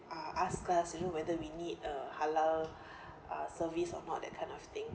uh ask us you know whether we need uh halal uh service or not that kind of thing